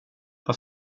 vad